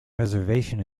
reservation